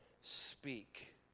speak